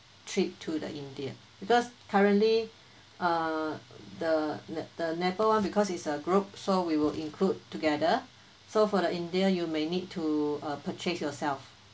trip to the india because currently uh the the nepal one because it's a group so we will include together so for the india you may need to uh purchase yourself